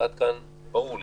עד כאן ברור לי.